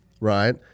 right